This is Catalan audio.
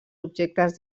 objectes